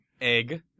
Egg